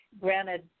granted